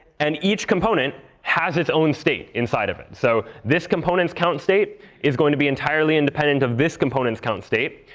and each component has its own state inside of it. so this component's count state is going to be entirely independent of this component's count state.